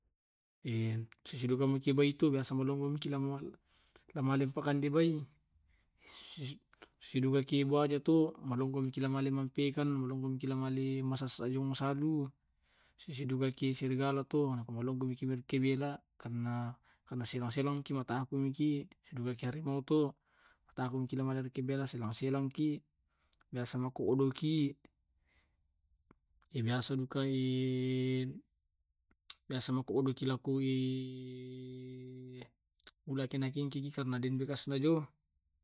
sisidugamaki itu biasa malomoki lao mualla pakandibai. si sisidugaki buaja to, malonggoki malai ampekan malonggokilao malai masesseng masalu. Sisidugaki serigala to, nappa marilompoki lao maki bela karena masemang semang matakumiki di dugaki harimau to, mataku maki lao rimabela selang selang maki. Biasa maku odoki, ebiasa dukai biasa maku odoki lao koe, ulaki na kengkeki karna deng mi bekasnya jo.